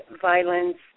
violence